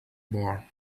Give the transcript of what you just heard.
bar